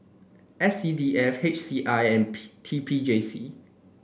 S C D F H C I and P T P J C